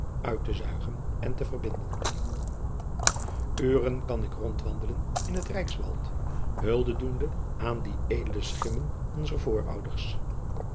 uit te zuigen en te verbinden ren kan ik rondwandelen in het ijkswald hulde doende aan die edele schimmen onzer voorouders